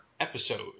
episode